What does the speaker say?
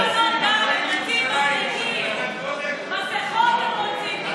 הם נותנים מנות דם, מסכות הם רוצים.